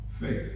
faith